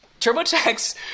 TurboTax